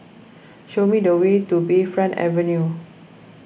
show me the way to Bayfront Avenue